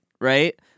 right